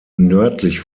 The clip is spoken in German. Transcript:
nördlich